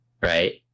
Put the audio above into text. right